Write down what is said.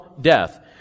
death